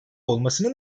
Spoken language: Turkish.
olmasını